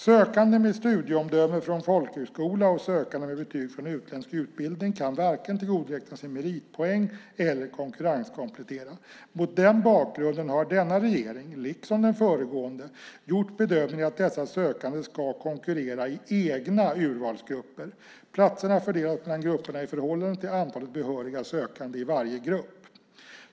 Sökande med studieomdöme från folkhögskola och sökande med betyg från utländsk utbildning kan varken tillgodoräkna sig meritpoäng eller konkurrenskomplettera. Mot den bakgrunden har denna regering liksom den föregående gjort bedömningen att dessa sökande ska konkurrera i egna urvalsgrupper. Platserna fördelas mellan grupperna i förhållande till antalet behöriga sökande i varje grupp.